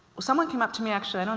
someone came up to me actually,